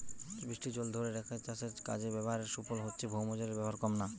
বৃষ্টির জল ধোরে রেখে চাষের কাজে ব্যাভারের সুফল হচ্ছে ভৌমজলের ব্যাভার কোমানা